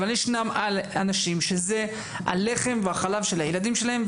אבל ישנם אנשים שזה הלחם והחלב של הילדים שלהם.